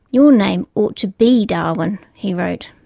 your name ought to be darwin' he wrote.